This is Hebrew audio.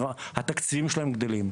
והתקציבים שלהם גדלים.